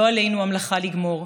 לא עלינו המלאכה לגמור,